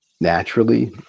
naturally